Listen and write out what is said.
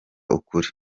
ukuri